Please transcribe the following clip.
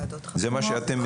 זה מה שאתם מציעים.